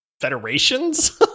federations